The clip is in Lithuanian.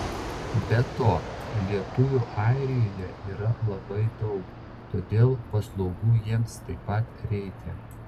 be to lietuvių airijoje yra labai daug todėl paslaugų jiems taip pat reikia